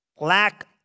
lack